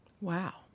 Wow